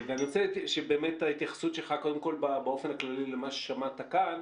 אני רוצה באמת את ההתייחסות שלך קודם כול באופן הכללי למה ששמעת כאן,